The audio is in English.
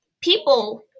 people